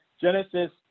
Genesis